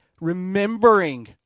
remembering